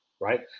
Right